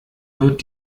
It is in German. wird